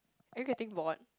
are you getting bored